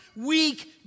weak